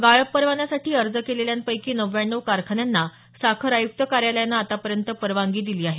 गाळप परवान्यासाठी अर्ज केलेल्यांपैकी नव्व्याण्णव कारखान्यांना साखर आयुक्त कार्यालयानं आतापर्यंत परवानगी दिली आहे